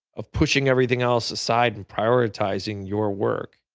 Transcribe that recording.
of pushing everything else aside and prioritizing your work.